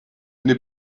n’est